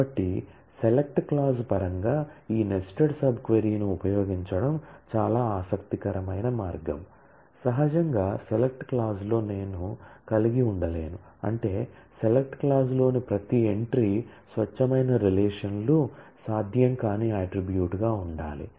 కాబట్టి select clause లోని ప్రతి ఎంట్రీ స్వచ్ఛమైన రిలేషన్ లు సాధ్యం కాని అట్ట్రిబ్యూట్ గా ఉండాలి